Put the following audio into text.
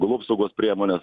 augalų apsaugos priemones